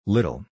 Little